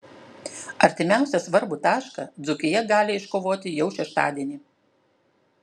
artimiausią svarbų tašką dzūkija gali iškovoti jau šeštadienį